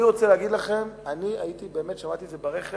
אני הייתי באמת, שמעתי את זה ברכב,